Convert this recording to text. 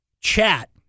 chat